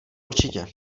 určitě